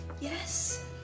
Yes